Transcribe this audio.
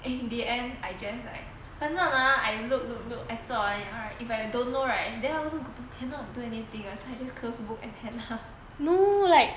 in the end I guess like sometimes ah you look look look if I don't know right then I also cannot do anything else so I just close book and hand up